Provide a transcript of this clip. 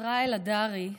ישראל הדרי,